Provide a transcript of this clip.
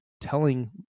telling